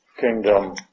kingdom